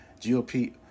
GOP